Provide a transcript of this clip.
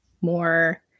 more